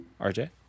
RJ